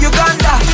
Uganda